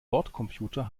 bordcomputer